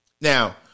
Now